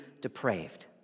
depraved